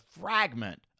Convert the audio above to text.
fragment